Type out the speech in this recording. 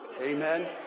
Amen